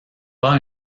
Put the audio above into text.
pas